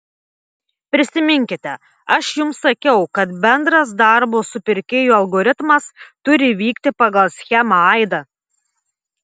prisiminkite aš jums sakiau kad bendras darbo su pirkėju algoritmas turi vykti pagal schemą aida